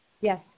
Yes